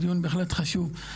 הדיון בהחלט חשוב,